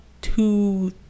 two